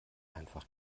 einfach